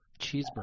cheeseburger